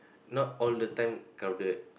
not all the time crowded